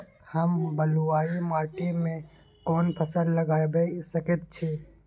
हम बलुआही माटी में कोन फसल लगाबै सकेत छी?